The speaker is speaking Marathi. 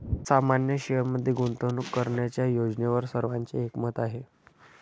सामान्य शेअरमध्ये गुंतवणूक करण्याच्या योजनेवर सर्वांचे एकमत आहे